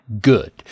good